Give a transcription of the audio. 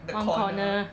one corner